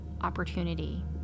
opportunity